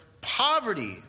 poverty